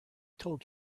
told